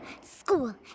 school